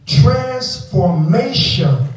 transformation